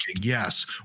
yes